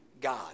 God